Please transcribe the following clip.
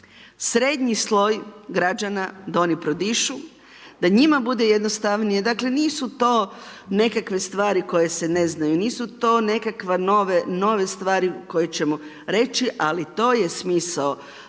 srednji sloj građana da oni prodišu, da njima bude jednostavnije, dakle nisu to nekakve stvari koje se ne znaju, nisu to nekakve nove stvari koje ćemo reći ali to je smisao,